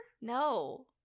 No